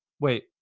Wait